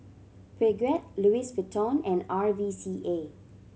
Peugeot Louis Vuitton and R V C A